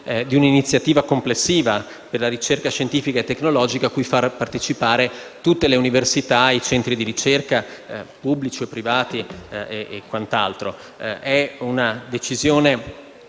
di un'iniziativa complessiva per la ricerca scientifica e tecnologica cui far partecipare tutte le università e i centri di ricerca, pubblici, privati e quant'altro? È una decisione